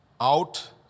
out